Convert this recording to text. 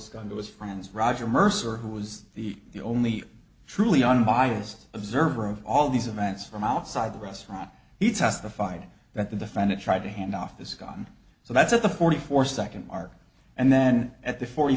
his friends roger mercer who was the only truly unbiased observer of all these events from outside the restaurant he testified that the defendant tried to hand off this gun so that's at the forty four second mark and then at the forty